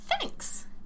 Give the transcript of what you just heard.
thanks